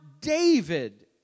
David